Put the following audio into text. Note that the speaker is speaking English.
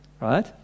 Right